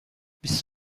بیست